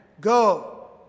go